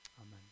Amen